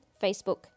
Facebook